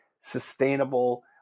sustainable